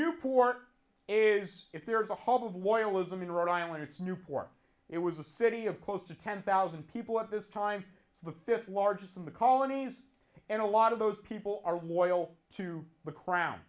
new port is if there is a hub of loyalism in rhode island it's newport it was a city of close to ten thousand people at this time the fifth largest in the colonies and a lot of those people are wardle to the crown